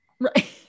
Right